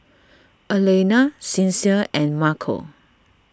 Alayna Sincere and Marco